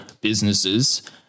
businesses